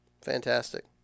Fantastic